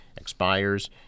expires